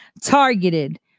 targeted